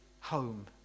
home